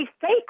fake